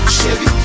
Chevy